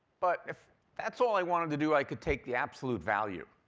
but if that's all i wanted to do i could take the absolute value.